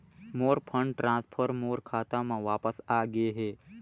मोर fund transfer मोर खाता म वापस आ गे हे